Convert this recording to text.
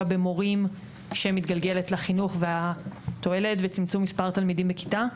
במורים שמתגלגלת לחינוך והתועלת וצמצום מספר תלמידים בכיתה.